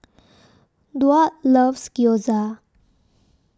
Duard loves Gyoza